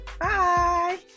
Bye